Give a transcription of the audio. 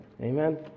Amen